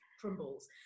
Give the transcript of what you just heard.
crumbles